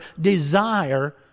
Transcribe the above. desire